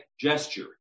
gesture